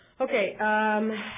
okay